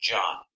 John